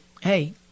hey